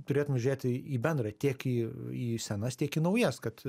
turėtumėm žiūrėti į bendrą tiek į į senas tiek į naujas kad